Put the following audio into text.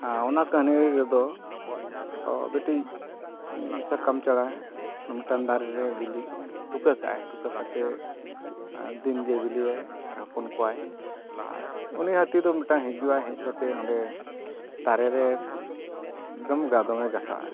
ᱟᱨ ᱚᱱᱟ ᱠᱟᱹᱦᱱᱤ ᱨᱮᱫᱚ ᱢᱤᱫᱴᱤᱡ ᱥᱟᱠᱟᱢ ᱪᱮᱬᱮ ᱢᱤᱫᱴᱟᱱ ᱫᱟᱨᱮ ᱨᱮ ᱵᱤᱞᱤ ᱛᱩᱠᱟᱹ ᱛᱩᱠᱟᱹ ᱠᱟᱜ ᱟᱭ ᱛᱩᱠᱟᱹ ᱠᱟᱛᱮᱫ ᱫᱤᱱᱜᱮ ᱵᱤᱞᱤᱭᱟᱭ ᱟᱨ ᱦᱚᱯᱚᱱ ᱠᱚᱣᱟᱭ ᱟᱨ ᱩᱱᱤ ᱦᱟᱹᱛᱤ ᱫᱚ ᱦᱤᱡᱩᱜᱼᱟᱭ ᱟᱨ ᱦᱮᱡ ᱠᱟᱛᱮᱫ ᱚᱸᱰᱮ ᱫᱟᱨᱮ ᱨᱮ ᱫᱚᱢᱮ ᱜᱷᱟᱥᱟᱜ ᱟᱭ